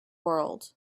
world